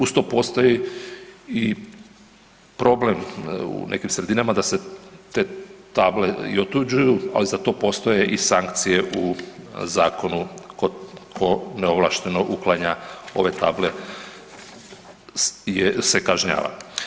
Uz to postoji i problem u nekim sredinama da se te table i otuđuju, ali za to postoje i sankcije u zakonu tko neovlašteno uklanja ove table se kažnjava.